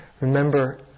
Remember